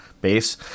base